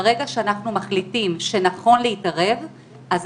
ברגע שאנחנו מחליטים שנכון להתערב אנחנו